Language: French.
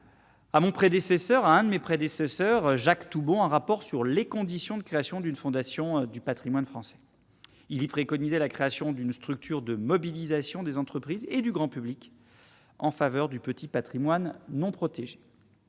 à mon prédécesseur à un de mes prédécesseurs Jacques Toubon un rapport sur les conditions de création d'une fondation du Patrimoine français, il y préconisait la création d'une structure de mobilisation des entreprises et du grand public en faveur du petit Patrimoine non protégé,